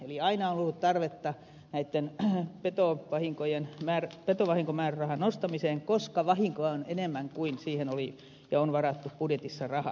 eli aina on ollut tarvetta näitten petovahinkomäärärahojen nostamiseen koska vahinkoa on enemmän kuin siihen on varattu budjetissa rahaa